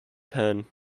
pen